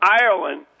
Ireland